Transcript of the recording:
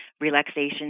relaxation